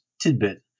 tidbit